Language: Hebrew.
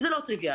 זה לא טריוויאלי,